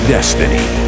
Destiny